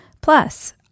Plus